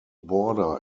border